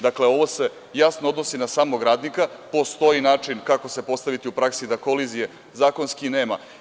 Dakle, ovo se jasno odnosi na samog radnika, postoji način kako se postaviti u praksi, tako da kolizije zakonski nema.